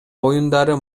оюндары